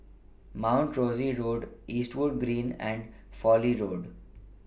Mount Rosie Road Eastwood Green and Fowlie Road